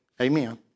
Amen